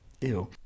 Ew